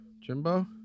Jimbo